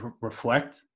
reflect